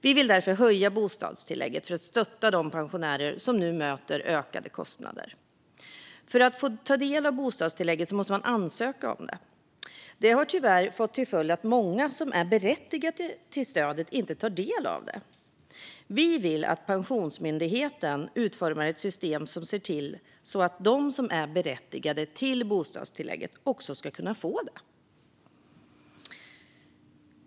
Vi vill därför höja bostadstillägget för att stötta de pensionärer som nu möter ökade kostnader. För att få ta del av bostadstillägget måste man ansöka om det. Det har tyvärr fått till följd att många som är berättigade till stödet inte tar del av det. Vi vill att Pensionsmyndigheten utformar ett system som ser till att de som är berättigade till bostadstillägget också ska kunna få det.